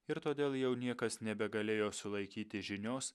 ir todėl jau niekas nebegalėjo sulaikyti žinios